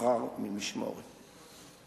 שוחרר ממשמורת.